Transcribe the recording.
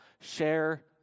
Share